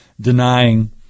denying